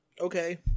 Okay